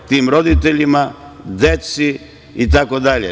Tim roditeljima, deci itd.